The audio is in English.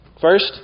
First